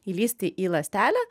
įlįsti į ląstelę